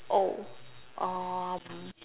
oh um